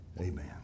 Amen